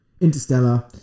Interstellar